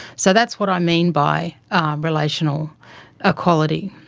so that's what i mean by relational equality.